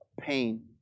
pain